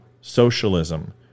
socialism